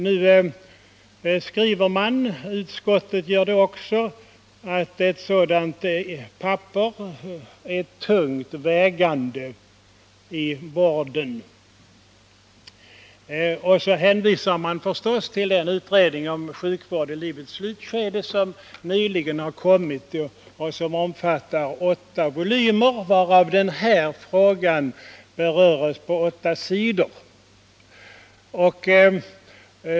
Nu skriver man — utskottet gör det också — att ett sådant papper är ”tungt vägande” i vården. Så hänvisar utskottet förstås till den utredning om sjukvård i livets slutskede som nyligen kommit och som omfattar åtta volymer men där denna fråga berörs på endast åtta sidor.